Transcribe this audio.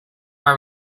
are